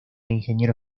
ingeniero